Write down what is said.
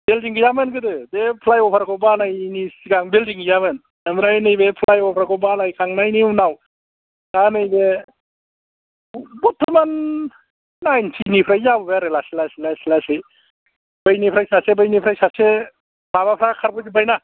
building गैयामोन गोदो बे फ्लाइअभार खौ बानायैनि सिगां बिल्दिं गैयामोन ओमफ्राय नैबे फ्लाइअभार खौ बानायखांनायनि उनाव दा नैबे बर्त'मान नाइन्टि निफ्रायनो जाबोबाय आरो लासै लासै लासै लासै बैनिफ्राय सासे बैनिफ्राय सासे माबाफोरा खारबोजोबबाय ना